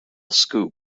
scoop